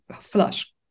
flush